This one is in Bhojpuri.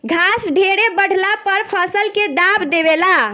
घास ढेरे बढ़ला पर फसल के दाब देवे ला